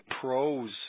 pros